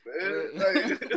man